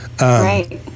Right